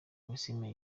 maxime